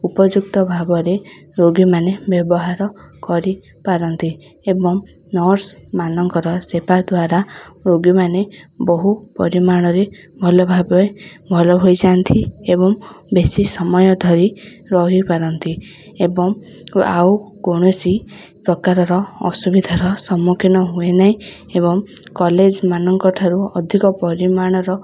ଉପଯୁକ୍ତ ଭାବରେ ରୋଗୀମାନେ ବ୍ୟବହାର କରିପାରନ୍ତି ଏବଂ ନର୍ସମାନଙ୍କର ସେବା ଦ୍ୱାରା ରୋଗୀମାନେ ବହୁ ପରିମାଣରେ ଭଲ ଭାବରେ ଭଲ ହେଇଯାଆନ୍ତି ଏବଂ ବେଶୀ ସମୟ ଧରି ରହିପାରନ୍ତି ଏବଂ ଆଉ କୌଣସି ପ୍ରକାରର ଅସୁବିଧାର ସମ୍ମୁଖୀନ ହୁଏ ନାହିଁ ଏବଂ କଲେଜମାନଙ୍କଠାରୁ ଅଧିକ ପରିମାଣର